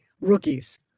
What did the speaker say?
rookies